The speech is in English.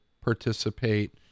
participate